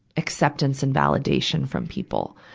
acceptance and validation from people.